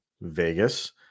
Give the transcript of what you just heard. Vegas